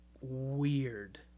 weird